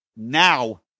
Now